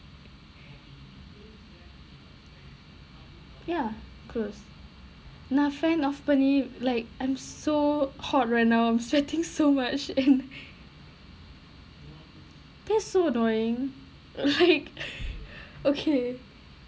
ya close நான்:naan fan off பண்ணி:panni like I'm so hot right now I'm sweating so much and that's so annoying like okay